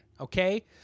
Okay